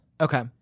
okay